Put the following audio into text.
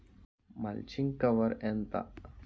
Mulching cover ఎంత?